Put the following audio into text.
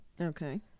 Okay